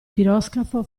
piroscafo